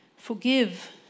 Forgive